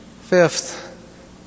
Fifth